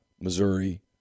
Missouri